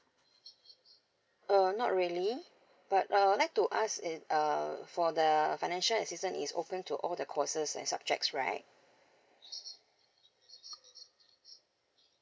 uh not really but uh I would like to ask is it err for the uh financial assistance is open to all the courses and subjects right